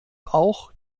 auch